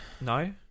No